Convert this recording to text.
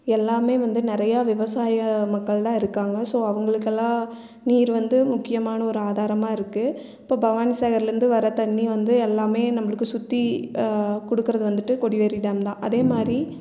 எல்லாமே வந்து நிறைய விவசாய மக்கள்தான் இருக்காங்க ஸோ அவங்களுக்கெல்லாம் நீர் வந்து முக்கியமான ஒரு ஆதாரமாக இருக்கு இப்போ பவானிசாகரில் இருந்து வர்ற தண்ணி வந்து எல்லாமே நம்பளுக்கு சுற்றி கொடுக்குறது வந்துவிட்டு கொடிவேரி டேம்தான் அதேமாதிரி